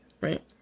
Right